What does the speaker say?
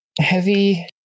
Heavy